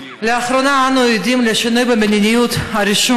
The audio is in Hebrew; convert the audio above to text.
לאחרונה אנו עדים לשינוי במדיניות הרישום